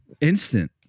instant